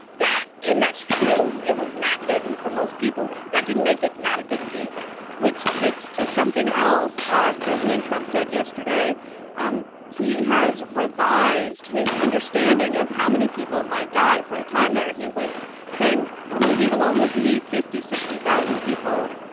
that and that's true. it is not deadly for most people. that didn't make it not a big deal which gets to something else ah president trump said yesterday um he has revised his understanding of how many people might die. for a time there, he was saying, well, maybe it'll only be fifty, sixty thousand people.